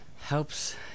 helps